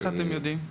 איך אתם יודעים?